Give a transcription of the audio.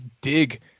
dig